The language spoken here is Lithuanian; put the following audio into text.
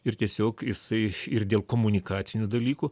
ir tiesiog jisai ir dėl komunikacinių dalykų